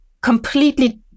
completely